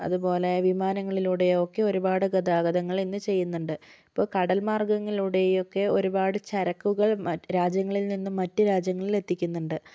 അതുപോലെ വിമാനങ്ങളിലൂടെയും ഒക്കെ ഒരുപാട് ഗതാഗതങ്ങൾ ഇന്ന് ചെയ്യുന്നുണ്ട് ഇപ്പം കടൽ മാർഗ്ഗങ്ങളിലൂടെയും ഒക്കെ ഒരുപാട് ചരക്കുകൾ രാജ്യങ്ങളിൽ നിന്നും മറ്റു രാജ്യങ്ങളിൽ എത്തിക്കുന്നുണ്ട്